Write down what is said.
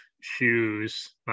shoes